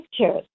pictures